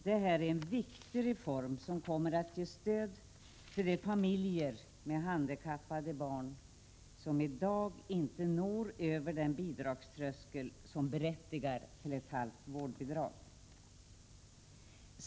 Detta är en viktig reform som kommer att ge stöd till de familjer med handikappade barn som i dag inte når över tröskeln för att bli berättigade till ett halvt vårdbidrag.